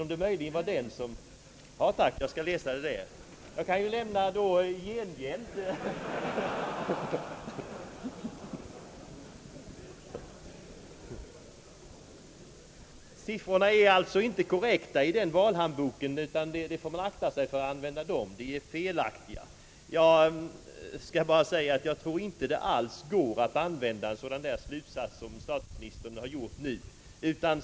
— Tack, för övrigt herr statsminister, för de papper som statsministern räcker mig — här är några andra i utbyte. Siffrorna i socialdemokraternas valhandbok är nämligen inte korrekta. Man skall därför akta sig för att använda dem. Det går inte att dra sådana slutsatser som statsministern nu har gjort.